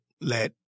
let